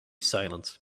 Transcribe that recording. silent